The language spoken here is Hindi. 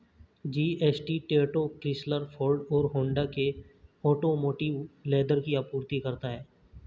जी.एस.टी टोयोटा, क्रिसलर, फोर्ड और होंडा के ऑटोमोटिव लेदर की आपूर्ति करता है